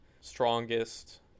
strongest